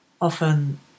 often